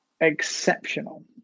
exceptional